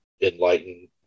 enlightened